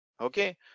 okay